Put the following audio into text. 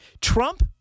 Trump